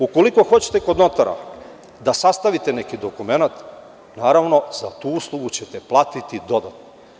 Ukoliko hoćete kod notara da sastavite neki dokument, za tu uslugu ćete platiti dodatno.